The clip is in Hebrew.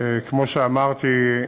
כמו שאמרתי,